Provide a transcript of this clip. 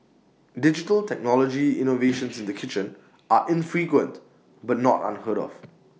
digital technology innovations in the kitchen are infrequent but not unheard of